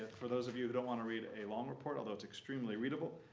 for those of you who don't want to read a long report, although it's extremely readable,